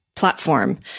platform